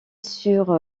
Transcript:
sur